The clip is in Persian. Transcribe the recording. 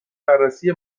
بررسی